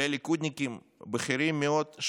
כולל ליכודניקים בכירים מאוד,